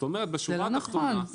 זה לא נכון.